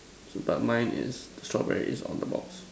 so but mine is strawberries on the box